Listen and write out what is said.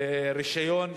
ולפעמים הגיע עד 90%,